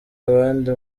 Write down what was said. abandi